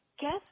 guess